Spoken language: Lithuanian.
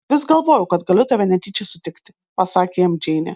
vis galvojau kad galiu tave netyčia sutikti pasakė jam džeinė